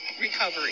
recovery